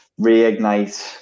reignite